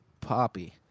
Poppy